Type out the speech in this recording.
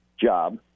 job